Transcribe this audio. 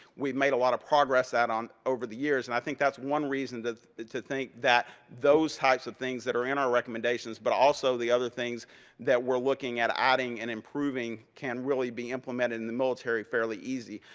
we've made a lot of progress that on over the years. and i think that's one reason to think that those types of things that are in our recommendations, but also the other things that we're looking at adding and improving, can really be implemented in the military fairly easy.